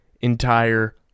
entire